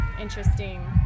interesting